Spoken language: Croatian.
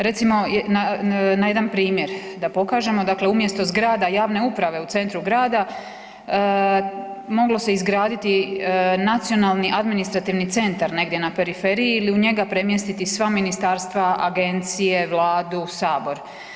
Recimo na jedan primjer da pokažemo, dakle umjesto zgrada javne uprave u centru grada, moglo se izgraditi nacionalni administrativni centar negdje na periferiji ili u njega premjestiti sva Ministarstva, Agencije, Vladu, Sabor.